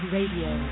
Radio